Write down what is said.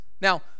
Now